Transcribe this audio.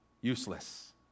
Useless